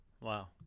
Wow